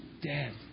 dead